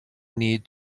need